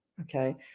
okay